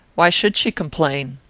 why should she complain?